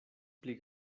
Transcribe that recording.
pli